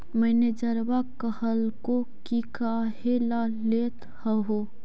मैनेजरवा कहलको कि काहेला लेथ हहो?